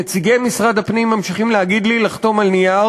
נציגי משרד הפנים ממשיכים להגיד לי לחתום על נייר